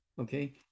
okay